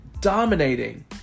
dominating